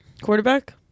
quarterback